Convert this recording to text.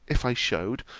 if i shewed,